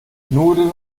nudeln